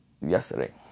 yesterday